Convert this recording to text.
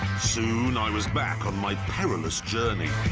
soon, i was back on my perilous journey.